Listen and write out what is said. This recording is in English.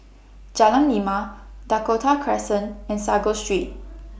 Jalan Lima Dakota Crescent and Sago Street